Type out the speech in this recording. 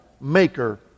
maker